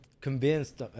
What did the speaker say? convinced